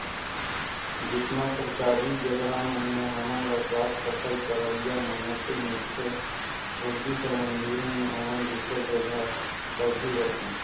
जेतना सरकारी जगहा मन में हमन ल साफ सफई करोइया मइनसे मिलथें रोजी कर मंजूरी में ओमन दूसर जगहा कर ही रहथें